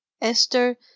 Esther